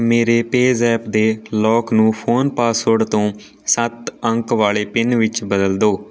ਮੇਰੇ ਪੇਜ਼ੈਪ ਦੇ ਲੌਕ ਨੂੰ ਫ਼ੋਨ ਪਾਸਵਰਡ ਤੋਂ ਸੱਤ ਅੰਕ ਵਾਲੇ ਪਿੰਨ ਵਿੱਚ ਬਦਲ ਦਿਉ